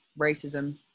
racism